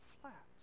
flat